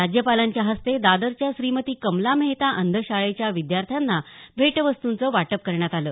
राज्यपालांच्या हस्ते दादरच्या श्रीमती कमला मेहता अंधशाळेच्या विद्यार्थ्यांना भेट वस्तूचं वाटप करण्यात आलं